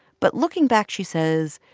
but looking back, she says,